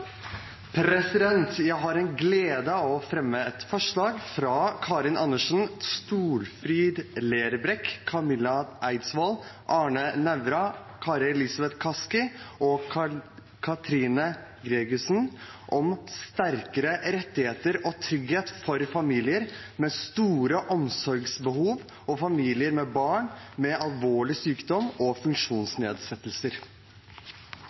Karin Andersen, Solfrid Lerbrekk, Camilla Sørensen Eidsvold, Arne Nævra, Kari Elisabeth Kaski, Katrine Boel Gregussen og meg selv om sterkere rettigheter og trygghet for familier med store omsorgsbehov og familier med barn med alvorlig sykdom og